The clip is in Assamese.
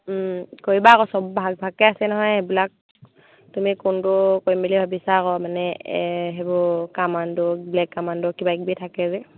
কৰিবা আকৌ সব ভাগ ভাগকৈ আছে নহয় সেইবিলাক তুমি কোনটো কৰিম বুলি ভাবিছা আকৌ মানে সেইবোৰ কামাণ্ডো ব্লেক কামাণ্ডো কিবা কিবি থাকে যে